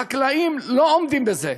החקלאים לא עומדים בזה.